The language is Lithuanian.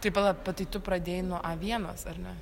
tai pala bet tai tu pradėjai nuo a vienas ar ne